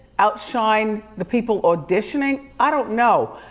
outshine the people auditioning? i don't know,